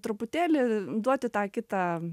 truputėlį duoti tą kitą